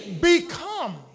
Become